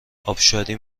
ابشاری